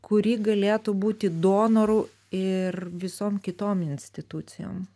kuri galėtų būti donoru ir visom kitom institucijom